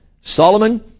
Solomon